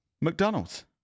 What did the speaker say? McDonald's